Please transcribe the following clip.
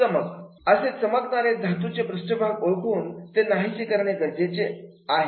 चमक असे चमकणारे धातूचे पृष्ठभाग ओळखून ते नाहीसे करणे गरजेचे आहे